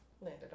Landed